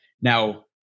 Now